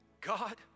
God